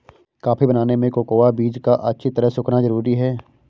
coffee बनाने में cocoa बीज का अच्छी तरह सुखना जरूरी है